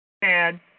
bad